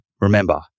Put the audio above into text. remember